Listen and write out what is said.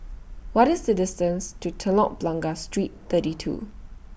What IS The distance to Telok Blangah Street thirty two